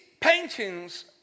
paintings